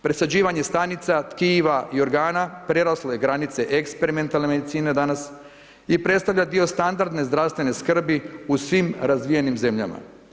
Presađivanjem stanica, tkiva i organa, preraslo je granice eksperimentalne medicine danas i predstavlja dio standardne zdravstvene skrbi u svim razvijenim zemljama.